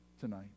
tonight